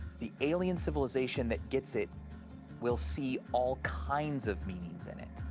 the alien civilization that gets it will see all kinds of meanings in it.